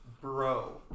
bro